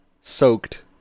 soaked